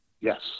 Yes